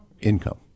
income